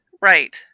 right